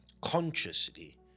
consciously